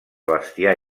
bestiar